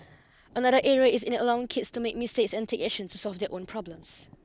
another area is in allowing kids to make mistakes and take action to solve their own problems